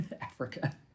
Africa